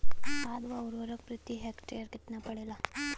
खाध व उर्वरक प्रति हेक्टेयर केतना पड़ेला?